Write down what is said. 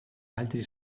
altri